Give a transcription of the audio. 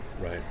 right